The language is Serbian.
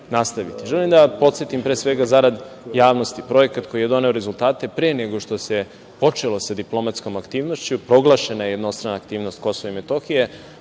da podsetim, pre svega, za rad javnosti, projekat koji je doneo rezultate pre nego što se počelo sa diplomatskom aktivnošću, proglašena je jednostrana aktivnost Kosova i Metohije,